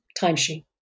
timesheet